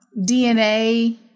DNA